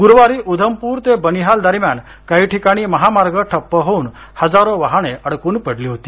गुरुवारी उधमपूर ते बनिहाल दरम्यान काही ठिकाणी महामार्ग ठप्प होवून हजारो वाहने अडकून पडली होती